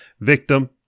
victim